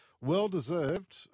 Well-deserved